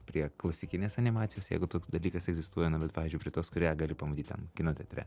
prie klasikinės animacijos jeigu toks dalykas egzistuoja na bet pavyzdžiui prie tos kurią gali pamatyt ten kino teatre